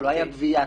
לא הייתה גבייה טובה,